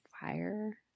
fire